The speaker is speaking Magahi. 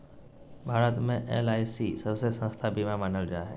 भारत मे एल.आई.सी सबसे सस्ता बीमा मानल जा हय